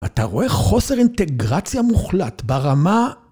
אתה רואה חוסר אינטגרציה מוחלט ברמה